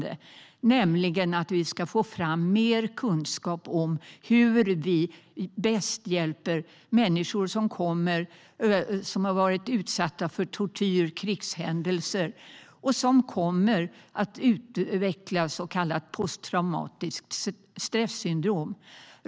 Det handlar om att vi ska få fram mer kunskap om hur vi bäst hjälper människor som har varit utsatta för tortyr och krigshändelser och som kommer att utveckla så kallat posttraumatiskt stresssyndrom.